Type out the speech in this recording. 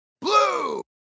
Blue